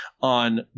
on